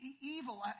evil